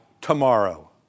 tomorrow